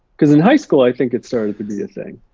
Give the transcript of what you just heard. cause in high school i think it started to be a thing.